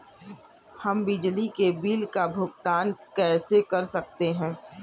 हम बिजली के बिल का भुगतान कैसे कर सकते हैं?